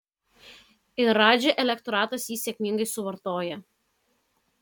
ir radži elektoratas jį sėkmingai suvartoja